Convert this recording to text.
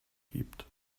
gibt